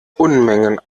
unmengen